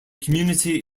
community